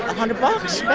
hundred but so